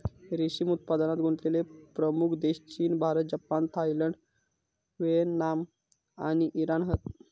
रेशीम उत्पादनात गुंतलेले प्रमुख देश चीन, भारत, जपान, थायलंड, व्हिएतनाम आणि इराण हत